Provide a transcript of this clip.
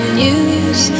news